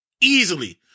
Easily